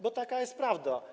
Bo taka jest prawda.